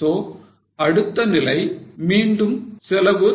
So அடுத்த நிலை மீண்டும் செலவு